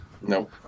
No